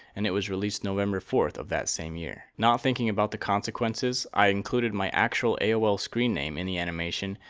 and it was released november fourth of that same year. not thinking about the consequences, i included my actual aol screen name in the animation,